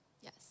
Yes